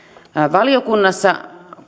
valiokunnassa